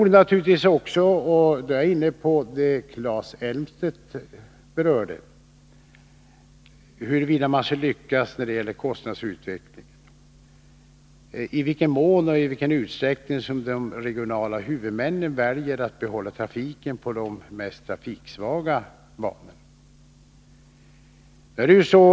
Om man skall lyckas när det gäller kostnadsutveckling beror naturligtvis på — detta var Claes Elmstedt inne på — i vilken utsträckning de regionala huvudmännen väljer att behålla trafiken på de mest trafiksvaga banorna.